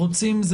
מי רוצים?